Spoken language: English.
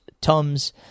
tums